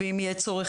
ואם יהיה צורך,